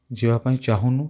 ଯିବାପାଇଁ ଚାହୁଁନୁ